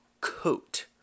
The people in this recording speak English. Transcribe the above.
coat